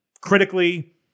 Critically